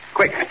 Quick